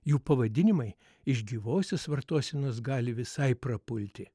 jų pavadinimai iš gyvosios vartosenos gali visai prapulti